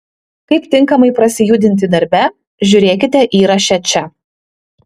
kaip tinkamai prasijudinti darbe žiūrėkite įraše čia